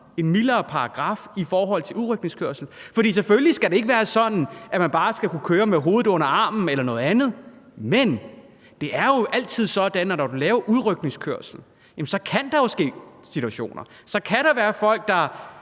en mildere paragraf i forhold til udrykningskørsel. For selvfølgelig skal det ikke være sådan, at man bare skal kunne køre med hovedet under armen eller noget andet, men det er jo altid sådan, at når du laver udrykningskørsel, så kan der jo opstå situationer, så kan der være folk, der